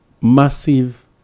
massive